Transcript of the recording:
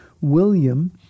William